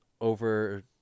over